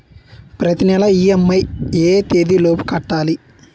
ప్రతినెల ఇ.ఎం.ఐ ఎ తేదీ లోపు కట్టాలి?